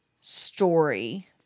story